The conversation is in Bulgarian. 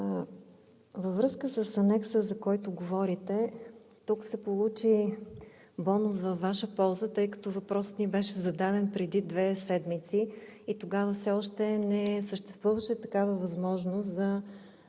Във връзка с Анекса, за който говорите, тук се получи бонус във Ваша полза, тъй като въпросът ми беше зададен преди две седмици и тогава все още не съществуваше такава възможност за